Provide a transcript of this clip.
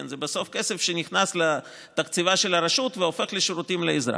זה בסוף כסף שנכנס לתקציבה של הרשות והופך לשירותים לאזרח.